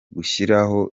gushyiraho